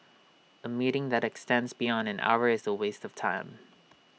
A meeting that extends beyond an hour is A waste of time